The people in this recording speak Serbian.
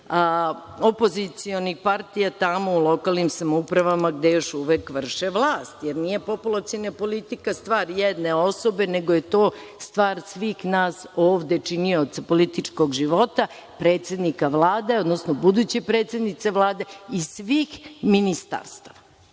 opozicionih partija tamo u lokalnim samoupravama gde još uvek vrše vlast, jer nije populaciona politika stvar jedne osobe, nego je to stvar svih nas ovde, činioca političkog života, predsednika Vlade, odnosno buduće predsednice Vlade i svih ministarstava.